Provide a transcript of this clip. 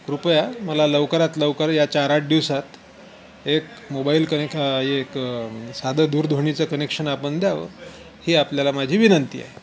कृपया मला लवकरात लवकर या चार आठ दिवसात एक मोबाईल कनेक एक साधं दूरध्वनीचं कनेक्शन आपण द्यावं ही आपल्याला माझी विनंती आहे